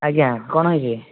ଆଜ୍ଞା କ'ଣ ହେଇଛି